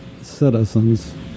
citizens